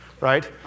Right